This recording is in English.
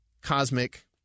cosmic